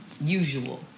Usual